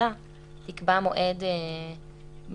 שהוועדה תקבע מועד ספציפי,